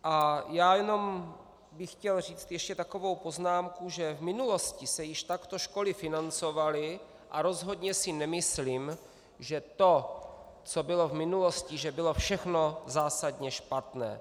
A jenom bych chtěl říct ještě takovou poznámku, že v minulosti se již takto školy financovaly, a rozhodně si nemyslím, že to, co bylo v minulosti, bylo všechno zásadně špatné.